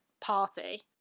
party